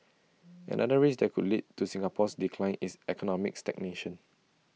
another risk that could lead to Singapore's decline is economic stagnation